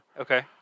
Okay